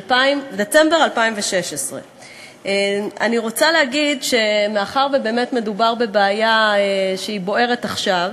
דצמבר 2016. אני רוצה להגיד שמאחר שבאמת מדובר בבעיה שהיא בוערת עכשיו,